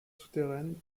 souterraines